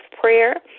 Prayer